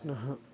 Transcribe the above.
पुनः